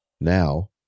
Now